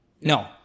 No